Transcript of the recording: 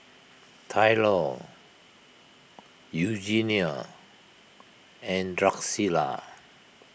Tylor Eugenia and Drucilla